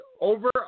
over